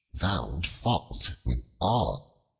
found fault with all.